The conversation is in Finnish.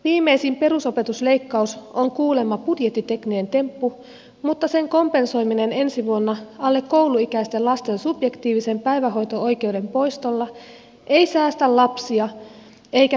viimeisin perusopetusleikkaus on kuulemma budjettitekninen temppu mutta sen kompensoiminen ensi vuonna alle kouluikäisten lasten subjektiivisen päivähoito oikeuden poistolla ei säästä lapsia eikä perheitä